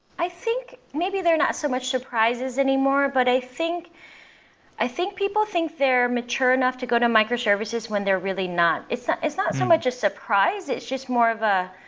i think maybe they're not so much surprises anymore, but i think i think people think they're mature enough to go to microservices when they're really not. it's ah it's not so much a surprise. it's just more of a,